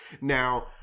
Now